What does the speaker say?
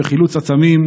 וחילוץ עצמים,